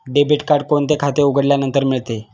Debit card कोणते खाते उघडल्यानंतर मिळते?